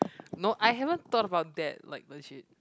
no I haven't thought about that like legit